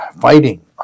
fighting